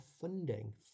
funding